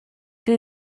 dwi